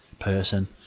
person